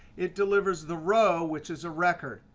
it delivers the row, which is a record.